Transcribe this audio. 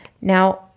Now